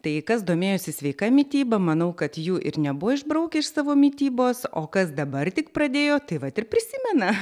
tai kas domėjosi sveika mityba manau kad jų ir nebuvo išbraukę iš savo mitybos o kas dabar tik pradėjo tai vat ir prisimena